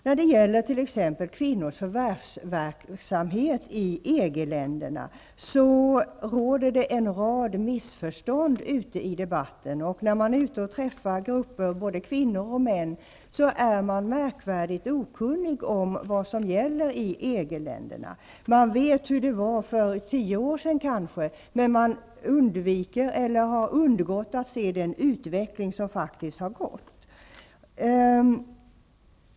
När det t.ex. gäller kvinnors förvärvsverksamhet i EG-länderna råder det en rad missförstånd ute i debatten. När man är ute och träffar grupper av både kvinnor och män finner man att de är märkvärdigt okunniga om vad som gäller i EG länderna. De vet kanske hur det var för tio år sedan, men de har undgått att se den utveckling som faktiskt har ägt rum.